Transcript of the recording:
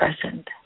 present